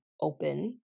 open